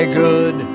good